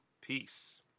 Peace